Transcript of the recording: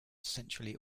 centrally